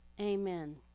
Amen